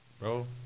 bro